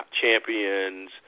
champions